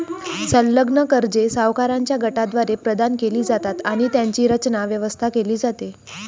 संलग्न कर्जे सावकारांच्या गटाद्वारे प्रदान केली जातात आणि त्यांची रचना, व्यवस्था केली जाते